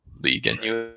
League